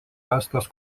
rastas